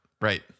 right